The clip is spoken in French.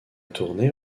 tournée